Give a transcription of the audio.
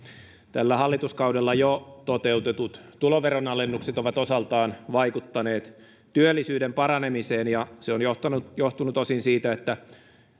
tällä hallituskaudella jo toteutetut tuloveronalennukset ovat osaltaan vaikuttaneet työllisyyden paranemiseen ja se on johtunut johtunut osin siitä että